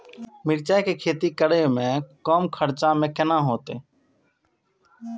मिरचाय के खेती करे में कम खर्चा में केना होते?